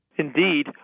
Indeed